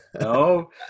No